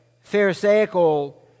Pharisaical